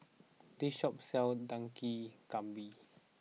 this shop sells Dak Galbi